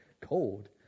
cold